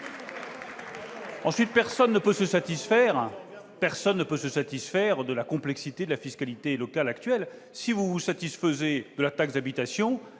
! Personne ne peut se satisfaire de la complexité de la fiscalité locale actuelle. Si vous vous satisfaites de la taxe d'habitation,